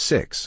Six